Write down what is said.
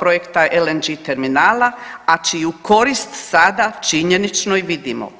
projekta LNG terminala, a čiju korist sada činjenično i vidimo.